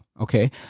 okay